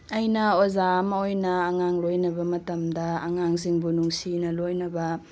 ꯑꯩꯅ ꯑꯣꯖꯥ ꯑꯃ ꯑꯣꯏꯅ ꯑꯉꯥꯡ ꯂꯣꯏꯅꯕ ꯃꯇꯝꯗ ꯑꯉꯥꯡꯁꯤꯡꯕꯨ ꯅꯨꯡꯁꯤꯅ ꯂꯣꯏꯅꯕ